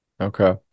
Okay